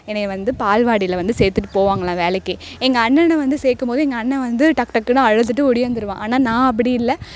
என்னையை வந்து பால்வாடியில் வந்து சேர்த்துட்டு போவாங்கலாம் வேலைக்கு எங்கள் அண்ணனை வந்து சேர்க்கும் போது எங்கள் அண்ணன் வந்து டக் டக்குனு அழுதுகிட்டு ஓடியாந்துருவான் ஆனால் நான் அப்படி இல்லை